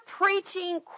preaching